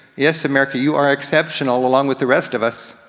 yes america you are exceptional, along with the rest of us.